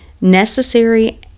necessary